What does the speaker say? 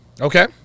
Okay